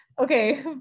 Okay